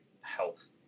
health